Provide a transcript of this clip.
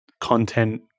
content